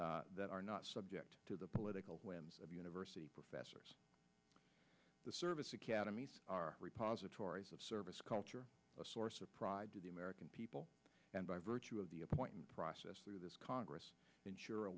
that are not subject to the political whims of the university professors the service academies are repositories of service culture a source of pride to the american people and by virtue of the appointment process of this congress ensure a